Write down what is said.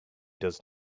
does